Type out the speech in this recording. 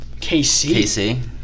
KC